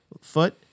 foot